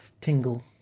tingle